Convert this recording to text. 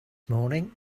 morning